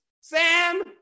Sam